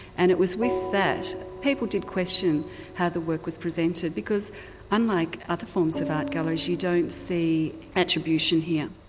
and it was with that people did question how the work was presented because unlike other forms of art galleries you don't see attribution here.